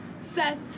Seth